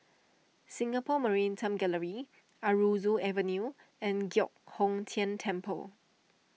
Singapore Maritime Gallery Aroozoo Avenue and Giok Hong Tian Temple